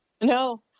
No